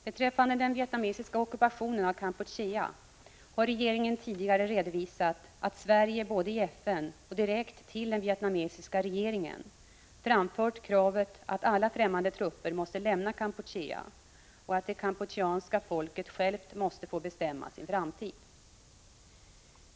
Beträffande den vietnamesiska ockupationen av Kampuchea har regeringen tidigare redovisat att Sverige både i FN och direkt till den vietnamesiska regeringen framfört kravet att alla främmande trupper måste lämna Kampuchea och att det kampucheanska folket självt måste få bestämma sin framtid.